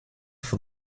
for